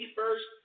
first